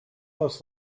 most